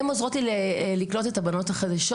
הן עוזרות לי לקלוט את הבנות החדשות.